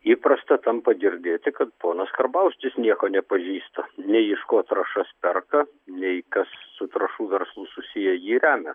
įprasta tampa girdėti kad ponas karbauskis nieko nepažįsta nei iš ko trąšas perka nei kas su trąšų verslu susiję jį remia